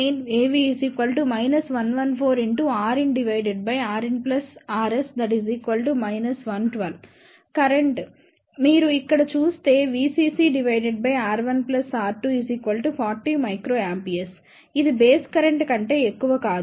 current మీరు ఇక్కడ చూస్తే VccR1R2 40µA ఇది బేస్ కరెంట్ కంటే ఎక్కువ కాదు